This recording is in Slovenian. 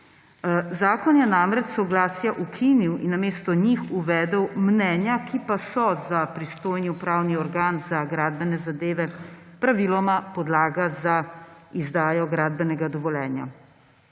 Zakon je namreč soglasja ukinil in namesto njih uvedel mnenja, ki pa so za pristojni upravni organ za gradbene zadeve praviloma podlaga za izdajo gradbenega dovoljenja.